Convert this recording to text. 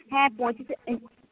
হ্যাঁ পঁচিশে